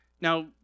Now